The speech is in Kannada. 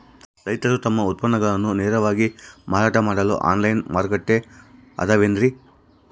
ರೈತರು ತಮ್ಮ ಉತ್ಪನ್ನಗಳನ್ನ ನೇರವಾಗಿ ಮಾರಾಟ ಮಾಡಲು ಆನ್ಲೈನ್ ಮಾರುಕಟ್ಟೆ ಅದವೇನ್ರಿ?